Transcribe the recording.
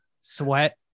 Sweat